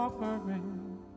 Offering